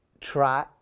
try